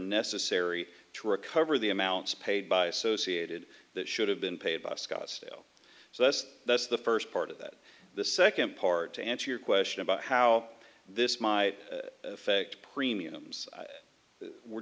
necessary to recover the amounts paid by associated that should have been paid by scottsdale so this that's the first part of that the second part to answer your question about how this my effect premiums were